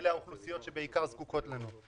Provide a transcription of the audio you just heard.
ואלה האוכלוסיות שבעיקר זקוקות לנו.